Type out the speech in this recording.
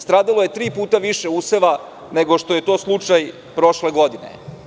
Stradalo je tri puta više useva, nego što je to slučaj prošle godine.